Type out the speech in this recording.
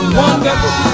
wonderful